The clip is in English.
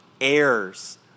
heirs